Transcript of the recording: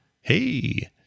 hey